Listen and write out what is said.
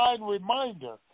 reminder